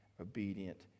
obedient